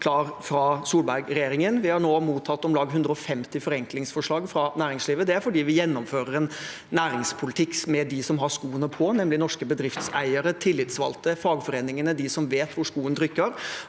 Vi har nå mottatt om lag 150 forenklingsforslag fra næringslivet. Det er fordi vi gjennomfører en næringspolitikk med dem som har skoene på, nemlig norske bedriftseiere, tillitsvalgte og fagforeninger – de som vet hvor skoen trykker.